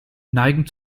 neigen